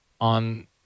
on